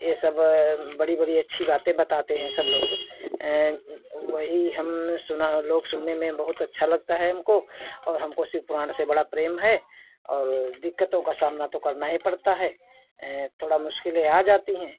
ये सब बड़ी बड़ी अच्छी बातें बताते हैं सब लोग वही हमने सुना है और लोग सुनने में बहुत अच्छा लगता है हमको और हमको शिव पुराण से बड़ा प्रेम है और दिक्कतों का सामना तो करना ही पड़ता है थोड़ा मुश्किलें आ जाती हैं